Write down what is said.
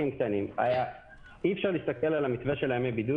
אי אפשר להסתכל על המתווה של ימי הבידוד